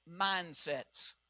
mindsets